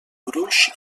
gruix